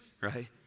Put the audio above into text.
right